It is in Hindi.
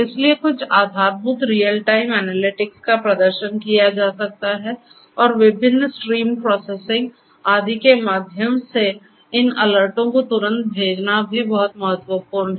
इसलिए कुछ आधारभूत रीयल टाइम एनालिटिक्स का प्रदर्शन किया जा सकता है और विभिन्न स्ट्रीम प्रोसेसिंग आदि के माध्यम से इन अलर्टों को तुरंत भेजना भी बहुत महत्वपूर्ण है